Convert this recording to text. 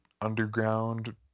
underground